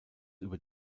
über